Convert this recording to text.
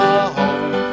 home